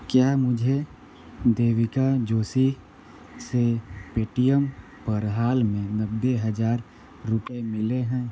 क्या मुझे देविका जोशी से पेटीएम पर हाल में नब्बे हज़ार रुपये मिले हैं